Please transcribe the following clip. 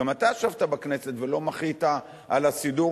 גם אתה ישבת בכנסת ולא מחית על הסידור